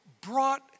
brought